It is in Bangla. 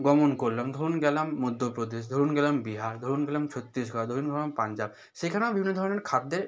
গমন করলাম ধরুন গেলাম মধ্যপ্রদেশ ধরুন গেলাম বিহার ধরুন গেলাম ছত্তিশগড় ধরুন গেলাম পাঞ্জাব সেখানেও বিভিন্ন ধরনের খাদ্যের